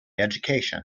education